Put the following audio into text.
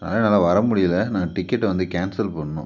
அதனால் நாங்கள் வர முடியிலை நாங்கள் டிக்கெட்டை வந்து கேன்சல் பண்ணணும்